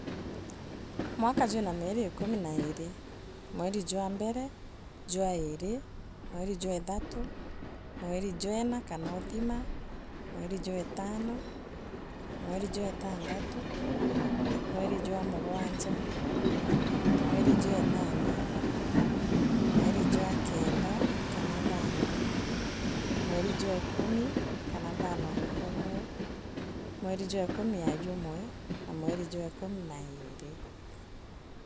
Mwaka jwira mier ikumi na iiri, mweri jwa nbere, jwa iiri. mweri jwa ethatu, mweri jweena kana uthima, mweri jwe etano, mweri jwe etanthatu, mweri jwa mugwanja. mweri jwe enana, mweri jwa kenda kana thano, mweri jwe ekumi kana thano mukungugu, mweri jwe ekumi aa jumwe na mweri jwe ekumi na iiri.